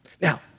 Now